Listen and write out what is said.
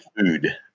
food